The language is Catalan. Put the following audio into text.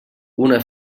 una